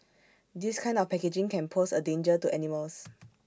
this kind of packaging can pose A danger to animals